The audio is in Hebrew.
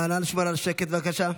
נא לשמור על השקט, בבקשה.